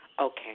Okay